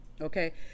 okay